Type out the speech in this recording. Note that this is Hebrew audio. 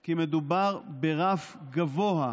כי מדובר ברף גבוה.